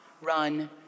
run